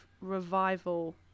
revival